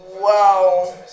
Wow